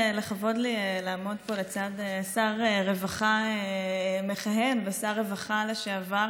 לכבוד לי לעמוד לצד שר רווחה מכהן ושר רווחה לשעבר